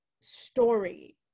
story